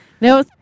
No